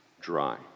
dry